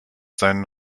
seinen